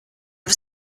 was